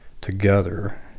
together